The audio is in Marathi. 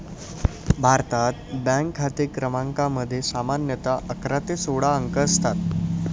भारतात, बँक खाते क्रमांकामध्ये सामान्यतः अकरा ते सोळा अंक असतात